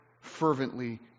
fervently